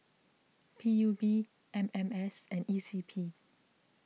P U B M M S and E C P